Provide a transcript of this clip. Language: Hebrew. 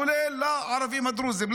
כולל לערבים הדרוזים?